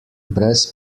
brez